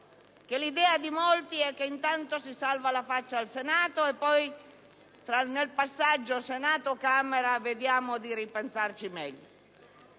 l'idea di molti è che intanto si salva la faccia al Senato e poi, nel passaggio tra le due Camere, si vedrà di ripensarci meglio.